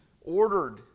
ordered